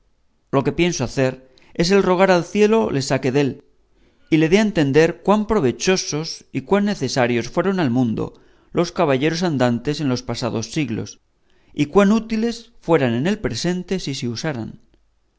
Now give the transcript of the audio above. lo que pienso hacer es el rogar al cielo le saque dél y le dé a entender cuán provechosos y cuán necesarios fueron al mundo los caballeros andantes en los pasados siglos y cuán útiles fueran en el presente si se usaran